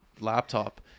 laptop